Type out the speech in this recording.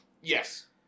Yes